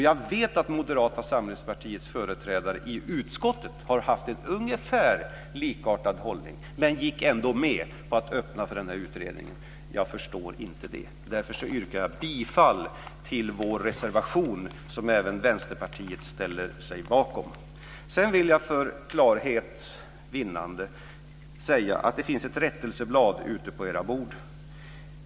Jag vet att Moderata samlingspartiets företrädare i utskottet har haft en ungefär likartad hållning. Men de gick ändå med på att öppna för denna utredning. Jag förstår inte det. Jag yrkar därför bifall till vår reservation 1 som även Vänsterpartiet ställer sig bakom. Sedan vill jag för klarhets vinnande säga att det finns ett rättelseblad på era bänkar.